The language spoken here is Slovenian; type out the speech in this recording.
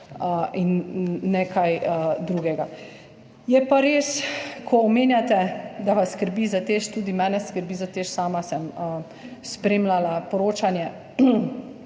in nekaj drugega. Je pa res, ko omenjate, da vas skrbi za TEŠ. Tudi mene skrbi za TEŠ, sama sem spremljala poročanje